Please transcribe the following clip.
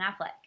Affleck